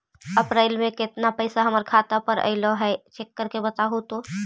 अप्रैल में केतना पैसा हमर खाता पर अएलो है चेक कर के बताहू तो?